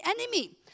enemy